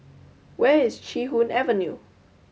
where is Chee Hoon Avenue